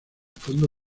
fondo